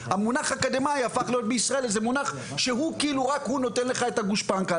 המונח אקדמאי הפך בישראל להיות איזה מונח שרק הוא נותן לך את הגושפנקא.